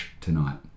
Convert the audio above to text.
tonight